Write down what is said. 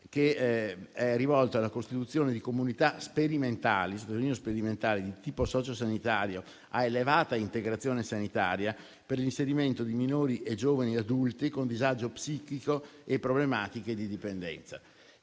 che è rivolto alla costituzione di comunità sperimentali di tipo sociosanitario, a elevata integrazione sanitaria, per l'inserimento di minori e giovani adulti con disagio psichico e problematiche di dipendenza.